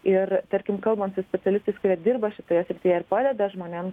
ir tarkim kalbant su specialistais kurie dirba šitoje srityje ir padeda žmonėm